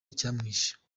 icyamwishe